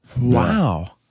Wow